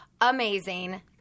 amazing